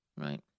Right